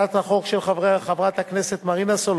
לקריאה שנייה ושלישית.